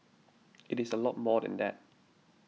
it is a lot more than that